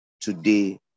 today